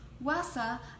wasa